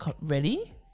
ready